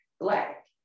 black